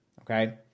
okay